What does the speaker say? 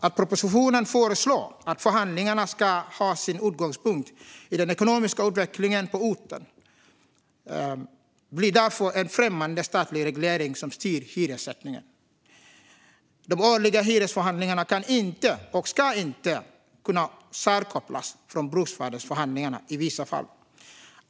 Att propositionen föreslår att förhandlingarna ska ha sin utgångspunkt i "den ekonomiska utvecklingen på orten" blir därför en främmande statlig reglering som styr hyressättningen. De årliga hyresförhandlingarna kan inte och ska inte kunna särkopplas från bruksvärdesförhandlingarna i vissa fall.